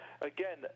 again